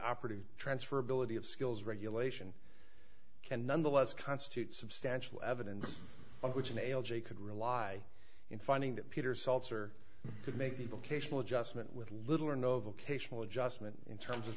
operative transferability of skills regulation can nonetheless constitute substantial evidence which nail j could rely in finding that peter seltzer could make people cation adjustment with little or no vocational adjustment in terms of